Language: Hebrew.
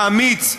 האמיץ,